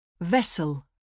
Vessel